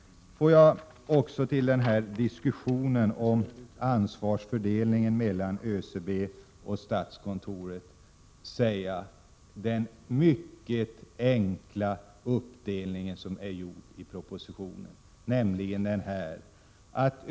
Låt mig också till diskussionen om ansvarsfördelningen mellan ÖCB och statskontoret säga några ord om den mycket enkla uppdelning som är gjord i propositionen.